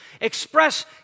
express